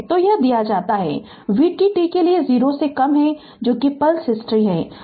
तो यह दिया जाता है vt t के लिए ० से कम है जो कि पल्स हिस्ट्री है